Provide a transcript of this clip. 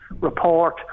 report